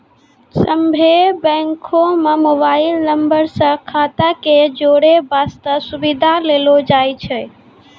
सभ्भे बैंको म मोबाइल नम्बर से खाता क जोड़ै बास्ते सुविधा देलो जाय छै